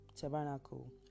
tabernacle